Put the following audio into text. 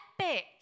epic